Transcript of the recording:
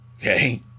Okay